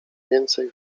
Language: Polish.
więcej